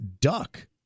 duck